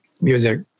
music